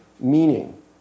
Meaning